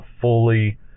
fully